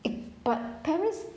but parents